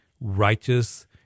righteous